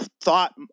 thought